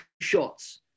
shots